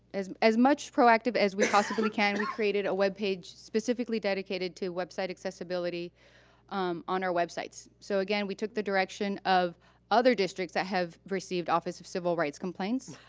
as as much proactive as we possibly can, we created a web page specifically dedicated to website accessibility on our websites. so again, we took the direction of other districts that have received office of civil rights complaints.